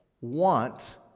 want